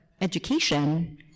education